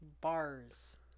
bars